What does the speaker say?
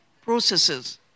processes